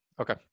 Okay